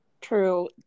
True